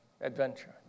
adventure